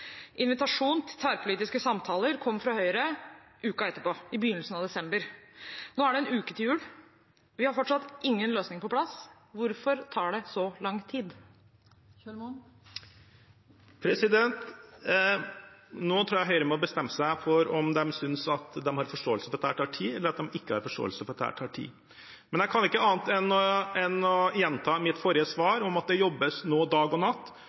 invitasjon til tverrpolitiske samtaler kom fra Høyre uken etterpå, i begynnelsen av desember. Nå er det én uke til jul, og vi har fortsatt ingen løsning på plass. Hvorfor tar det så lang tid? Nå tror jeg Høyre må bestemme seg for om de har forståelse for at dette tar tid, eller om de ikke har forståelse for at dette tar tid. Men jeg kan ikke annet enn å gjenta mitt forrige svar, om at det nå jobbes dag og natt.